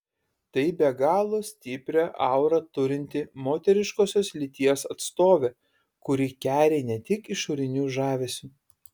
tai be galo stiprią aurą turinti moteriškosios lyties atstovė kuri keri ne tik išoriniu žavesiu